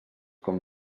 com